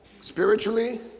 Spiritually